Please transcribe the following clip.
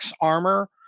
armor